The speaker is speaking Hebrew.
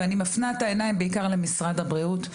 ואני מפנה את העיניים בעיקר למשרד הבריאות,